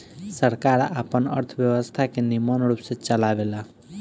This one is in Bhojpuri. सरकार आपन अर्थव्यवस्था के निमन रूप से चलावेला